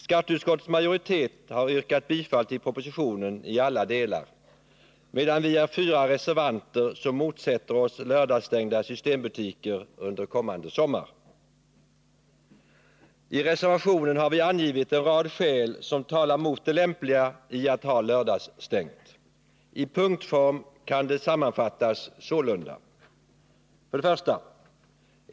Skatteutskottets majoritet har yrkat bifall till propositionen i alla delar, medan vi är fyra reservanter som motsätter oss lördagsstängda systembutiker under kommande sommar. I reservationen har vi angivit en rad skäl som talar mot det lämpliga i att ha lördagsstängt. I punktform kan det sammanfattas sålunda: 1.